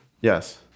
Yes